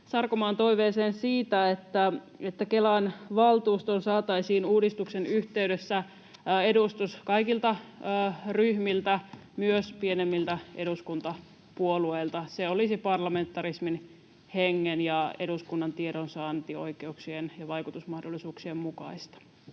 Sarkomaan toiveeseen siitä, että Kelan valtuustoon saataisiin uudistuksen yhteydessä edustus kaikilta ryhmiltä, myös pienemmiltä eduskuntapuolueilta. Se olisi parlamentarismin hengen ja eduskunnan tiedonsaantioikeuksien ja vaikutusmahdollisuuksien mukaista.